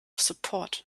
support